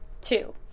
two